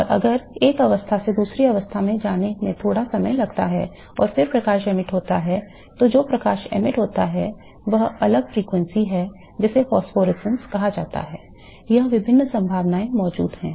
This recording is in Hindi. और अगर एक अवस्था से दूसरी अवस्था में जाने में थोड़ा समय लगता है और फिर प्रकाश एमिट करता है तो जो प्रकाश एमिट होता है वह अलग फ्रीक्वेंसी है इसे फॉस्फोरेसेंस कहा जाता है यहां विभिन्न संभावनाएं मौजूद हैं